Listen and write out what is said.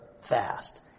fast